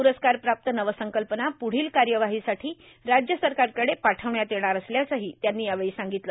प्रस्कारप्राप्त नवसंकल्पना प्रदील कार्यवाहीसाठी राज्य सरकारकडे पाठविण्यात येणार असल्याचंही त्यांनी सांगितलं